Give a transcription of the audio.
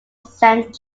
saint